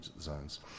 zones